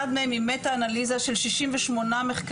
אחד מהם ממטא אנליזה של 68 מחקרים,